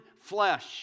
flesh